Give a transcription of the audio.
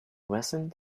recent